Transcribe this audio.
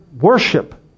worship